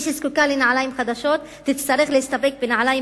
מי שזקוקה לנעליים חדשות תצטרך להסתפק בנעליים